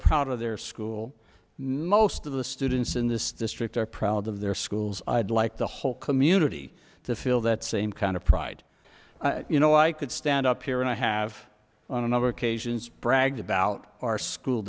proud of their school no most of the students in this district are proud of their schools i'd like the whole community to feel that same kind of pride you know i could stand up here and i have on a number of occasions brag about our school